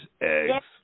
eggs